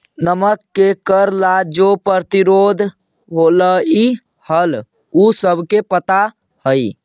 नमक के कर ला जो प्रतिरोध होलई हल उ सबके पता हई